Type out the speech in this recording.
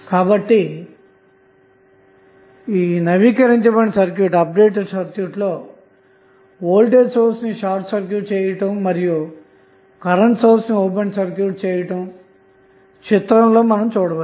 కాబట్టి నవీకరించబడిన సర్క్యూట్ లో వోల్టేజ్ సోర్స్ ని షార్ట్ సర్క్యూట్ చేయుట మరియు కరెంటు సోర్స్ ని ఓపెన్ సర్క్యూట్ చేయుట చిత్రంలో మీరు చూడవచ్చు